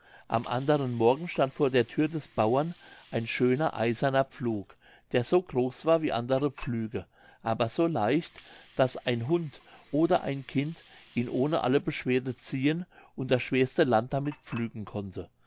am anderen morgen stand vor der thür des bauern ein schöner eiserner pflug der so groß war wie andere pflüge aber so leicht daß ein hund oder ein kind ihn ohne alle beschwerde ziehen und das schwerste land damit pflügen konnte